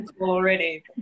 already